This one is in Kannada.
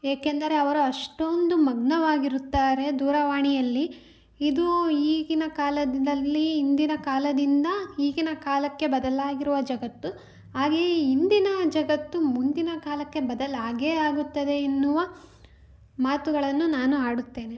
ಏಕೆಂದರೆ ಅವರು ಅಷ್ಟೊಂದು ಮಗ್ನವಾಗಿರುತ್ತಾರೆ ದೂರವಾಣಿಯಲ್ಲಿ ಇದು ಈಗಿನ ಕಾಲದಲ್ಲಿ ಹಿಂದಿನ ಕಾಲದಿಂದ ಈಗಿನ ಕಾಲಕ್ಕೆ ಬದಲಾಗಿರುವ ಜಗತ್ತು ಹಾಗೆಯೇ ಇಂದಿನ ಜಗತ್ತು ಮುಂದಿನ ಕಾಲಕ್ಕೆ ಬದಲಾಗೇ ಆಗುತ್ತದೆ ಎನ್ನುವ ಮಾತುಗಳನ್ನು ನಾನು ಆಡುತ್ತೇನೆ